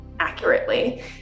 accurately